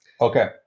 Okay